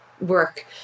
work